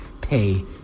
pay